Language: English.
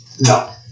No